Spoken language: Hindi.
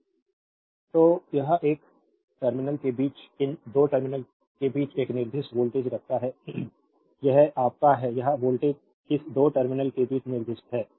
स्लाइड टाइम देखें 0755 और यह इस टर्मिनल के बीच इन 2 टर्मिनल के बीच एक निर्दिष्ट वोल्टेज रखता है यह आपका है यह वोल्टेज इस 2 टर्मिनल के बीच निर्दिष्ट है